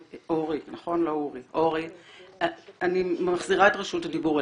אורי, אני מחזירה את רשות הדיבור אליך.